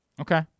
Okay